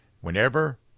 Whenever